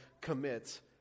commits